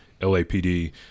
LAPD